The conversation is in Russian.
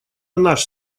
наш